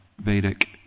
Vedic